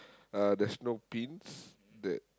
uh there's no pins that